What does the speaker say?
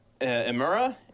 Imura